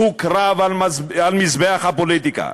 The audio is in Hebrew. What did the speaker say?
הוקרב על מזבח הפוליטיקה.